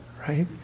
right